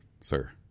sir